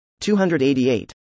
288